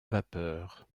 vapeur